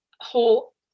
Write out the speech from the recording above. whole